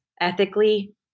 ethically